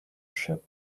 ship